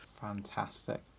Fantastic